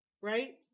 Right